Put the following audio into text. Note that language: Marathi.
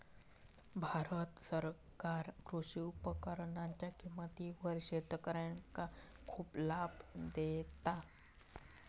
भारत सरकार कृषी उपकरणांच्या किमतीवर शेतकऱ्यांका खूप लाभ देता